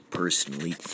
personally